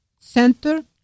center